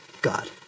God